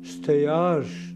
štai aš